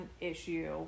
issue